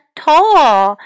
tall